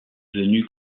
venu